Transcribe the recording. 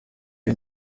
iyo